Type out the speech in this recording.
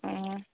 ᱚᱻ